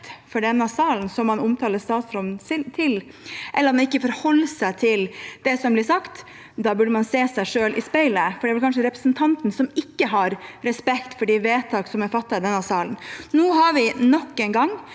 for denne salen, eller ikke forholder seg til det som blir sagt, bør man se seg selv i speilet, for det er vel kanskje representanten som ikke har respekt for de vedtak som er fattet i denne salen. Nå har vi nok en gang